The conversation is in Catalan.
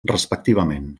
respectivament